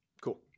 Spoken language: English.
Cool